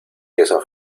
queso